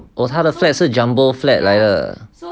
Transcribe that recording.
oh so 他的 flat 是 jumbo flat 来的